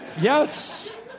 Yes